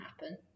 happen